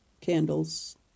candles